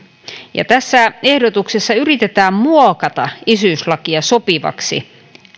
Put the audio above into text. ja tässä ehdotuksessa yritetään muokata isyyslakia sopivaksi